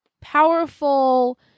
powerful